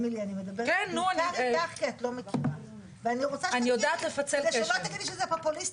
אני חושבת שחברי הכנסת לא יכולים לדבר בכפל לשון.